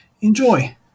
Enjoy